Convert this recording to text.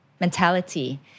mentality